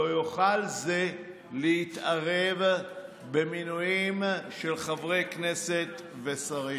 לא יוכל זה להתערב במינויים של חברי כנסת ושרים.